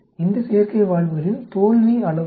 இந்த செயற்கை வால்வுகளின் தோல்வி அளவு என்ன